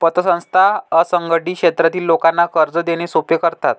पतसंस्था असंघटित क्षेत्रातील लोकांना कर्ज देणे सोपे करतात